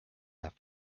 have